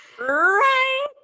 Right